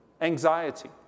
anxiety